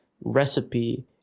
recipe